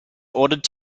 ordered